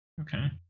Okay